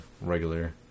regular